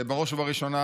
בראש ובראשונה,